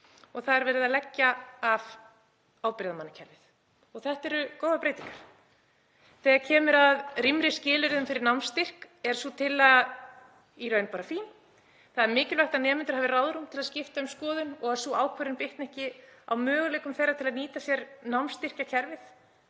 og það er verið að leggja ábyrgðarmannakerfið af. Þetta eru góðar breytingar. Þegar kemur að rýmri skilyrðum fyrir námsstyrk er sú tillaga í raun bara fín. Það er mikilvægt að nemendur hafi ráðrúm til að skipta um skoðun og að sú ákvörðun bitni ekki á möguleikum þeirra til að nýta sér námsstyrkjakerfið.